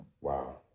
Wow